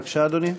בבקשה, אדוני.